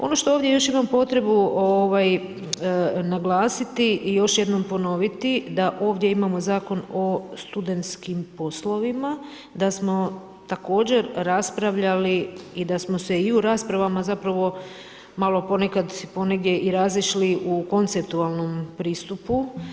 Ono što ovdje još imam potrebu naglasiti i još jednom ponoviti, da ovdje imamo Zakon o studentskim poslovima, da smo također raspravljali i da smo se i u raspravama zapravo malo ponekad ponegdje i razišli u konceptualnom pristupu.